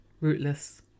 Rootless